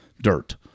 dirt